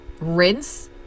rinse